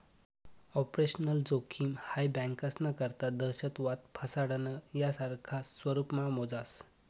operational जोखिम हाई बँकास्ना करता दहशतवाद, फसाडणं, यासारखा स्वरुपमा मोजास